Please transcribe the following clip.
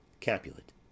Capulet